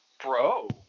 bro